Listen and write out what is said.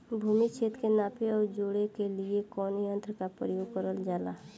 भूमि क्षेत्र के नापे आउर जोड़ने के लिए कवन तंत्र का प्रयोग करल जा ला?